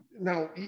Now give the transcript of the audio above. now